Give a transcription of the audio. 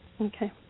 Okay